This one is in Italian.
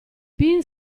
pin